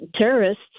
terrorists